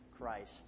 Christ